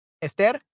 Esther